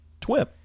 twip